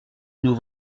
nous